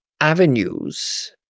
avenues